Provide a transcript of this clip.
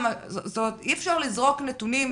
אי אפשר לזרוק נתונים.